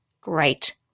great